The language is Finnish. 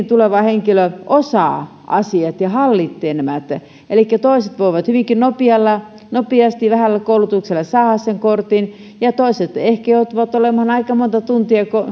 tuleva henkilö osaa asiat ja hallitsee nämä elikkä toiset voivat hyvinkin nopeasti vähällä koulutuksella saada sen kortin ja toiset ehkä joutuvat olemaan aika monta tuntia